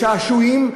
לשעשועים,